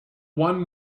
one